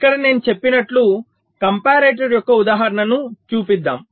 ఇక్కడ నేను చెప్పినట్లు కంపారేటర్ యొక్క ఉదాహరణను చూపిద్దాం